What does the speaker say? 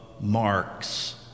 marks